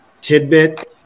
tidbit